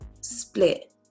split